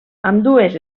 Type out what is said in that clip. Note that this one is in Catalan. ambdues